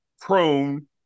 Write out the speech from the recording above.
prone